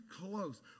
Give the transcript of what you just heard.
close